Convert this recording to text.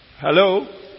Hello